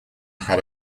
had